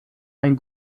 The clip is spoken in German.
ein